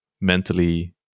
mentally